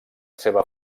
seva